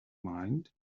mind